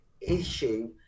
issue